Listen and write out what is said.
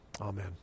Amen